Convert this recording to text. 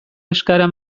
eskaera